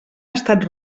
estat